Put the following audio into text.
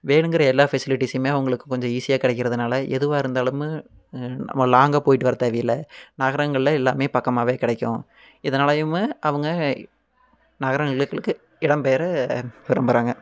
வேணுங்கிற எல்லா ஃபெசிலிட்டிஸுமே அவுங்களுக்கு கொஞ்சம் ஈஸியா கெடைக்கிறதுனால எதுவா இருந்தாலுமே வா லாங்கா போய்ட்டு வர தேவையில்ல நகரங்கள்ல எல்லாமே பக்கமாவே கெடைக்கும் இதனாலையுமே அவுங்க நகரங்களுக்கு இடம்பெயர விரும்புறாங்க